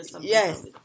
Yes